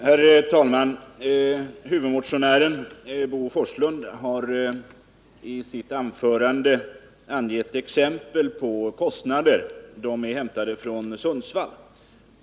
Herr talman! Huvudmotionären Bo Forslund har i sitt anförande angivit exempel på kostnader. De är hämtade från Sundsvall.